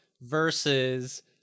versus